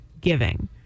giving